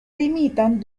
limitan